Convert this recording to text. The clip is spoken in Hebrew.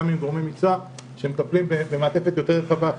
עם גורמי מקצוע שמטפלים במעטפת יותר רחבה.